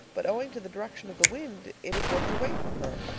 but owing to the direction of the wind, it had worked away from her.